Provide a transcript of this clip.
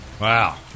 Wow